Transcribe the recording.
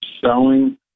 selling